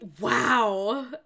wow